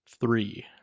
Three